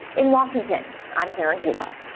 in washington. i'm karin caifa.